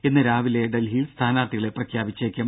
ഇന്ന് രാവിലെ ഡൽഹിയിൽ സ്ഥാനാർത്ഥികളെ പ്രഖ്യാപിച്ചേക്കും